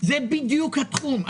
זה תחום הפעולה של העמותה.